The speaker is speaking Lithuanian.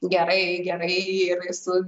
gerai gerai ir ir su